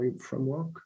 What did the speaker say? framework